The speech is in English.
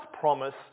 promise